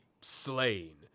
slain